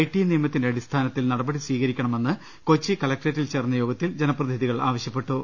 T നിയമത്തിന്റെ അടിസ്ഥാനത്തിൽ നടപടി സ്വീകരി ക്കണമെന്ന് കൊച്ചി കലക്ട്രേറ്റിൽ ചേർന്ന യോഗത്തിൽ ജനപ്രതിനിധികൾ ആവശ്യ പ്പെട്ടു